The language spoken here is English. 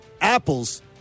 Apple's